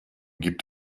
gibt